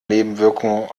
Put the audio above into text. nebenwirkungen